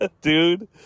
dude